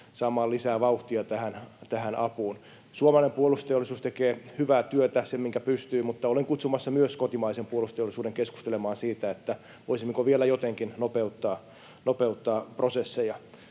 saada lisää vauhtia tähän apuun. Suomalainen puolustusteollisuus tekee hyvää työtä, sen, minkä pystyy, mutta olen kutsumassa myös kotimaisen puolustusteollisuuden keskustelemaan siitä, voisimmeko vielä jotenkin nopeuttaa prosesseja.